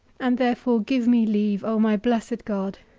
and therefore give me leave, o my blessed god,